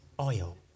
oil